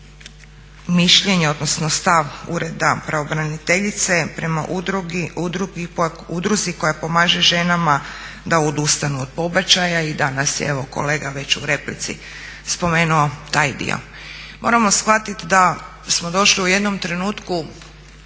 mišljenje odnosno stav Ureda pravobraniteljice prema udruzi koja pomaže ženama da odustanu od pobačaja i danas je evo kolega već u replici spomenuo taj dio. Moramo shvatiti da smo došli u jednom trenutku